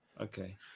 okay